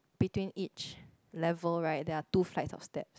between each lever right there are two flights of step